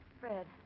Fred